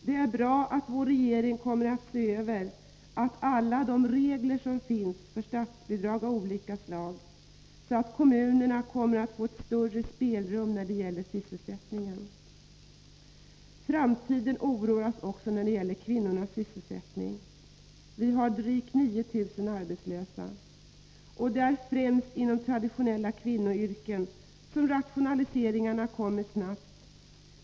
Det är bra att vår regering kommer att se över alla de regler som finns för statsbidrag av olika slag, så att kommunerna kan få ett större spelrum när det gäller sysselsättningen. Framtiden oroar oss även när det gäller kvinnornas sysselsättning. Vi har drygt 9 000 arbetslösa kvinnor. Det är främst inom traditionella kvinnoyrken som rationaliseringarna kommer snabbt.